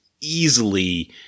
easily